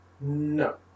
No